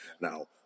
Now